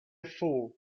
fool